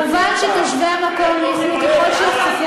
מובן שתושבי המקום יוכלו,